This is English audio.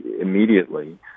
immediately